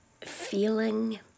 feeling